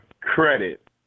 credit